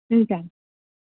ఉంటాను